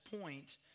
point